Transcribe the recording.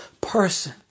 person